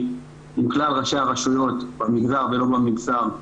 עם כלל ראשי הרשויות ב --- ולא במגזר,